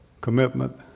Commitment